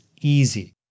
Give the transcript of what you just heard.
easy